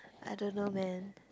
I don't know man